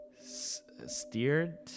steered